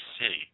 city